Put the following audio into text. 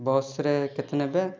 ବସ୍ରେ କେତେ ନେବେ